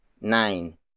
nine